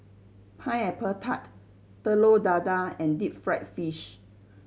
Pineapple Tart Telur Dadah and deep fried fish